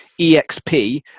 exp